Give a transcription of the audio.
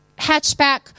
hatchback